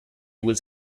was